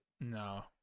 No